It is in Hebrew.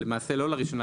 למעשה לא לראשונה,